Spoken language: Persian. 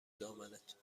دامنت